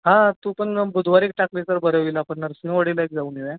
हा तू पण बुधवारी टाकली तर बरं होईल आपण नरसोबा वाडीला एक जाऊन येऊया